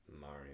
Mario